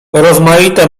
rozmaite